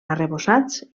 arrebossats